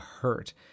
hurt